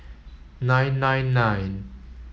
nine nine nine